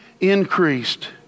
increased